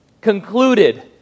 concluded